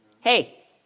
Hey